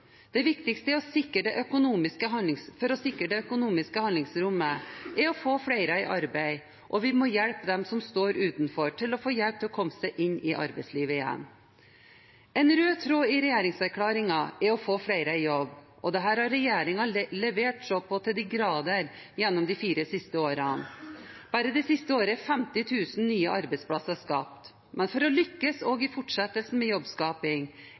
Det viktigste for å sikre det økonomiske handlingsrommet er å få flere i arbeid, og vi må hjelpe dem som står utenfor til å få hjelp til å komme seg inn i arbeidslivet igjen. En rød tråd i regjeringserklæringen er å få flere i jobb, og dette har regjeringen levert på så til de grader gjennom de fire siste årene. Bare det siste året er 50 000 nye arbeidsplasser skapt. Men for å lykkes også i fortsettelsen med jobbskaping